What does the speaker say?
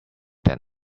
than